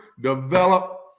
develop